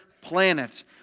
planet